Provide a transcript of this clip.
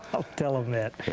i'll tell him that.